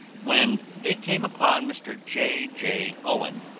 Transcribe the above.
when they came upon mr. j j. owen,